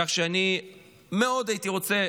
כך שאני הייתי מאוד רוצה